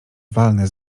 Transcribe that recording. walne